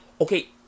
okay